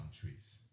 countries